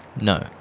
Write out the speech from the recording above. no